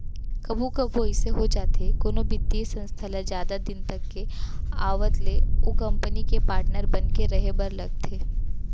कभू कभू अइसे हो जाथे कोनो बित्तीय संस्था ल जादा दिन तक के आवत ले ओ कंपनी के पाटनर बन के रहें बर लगथे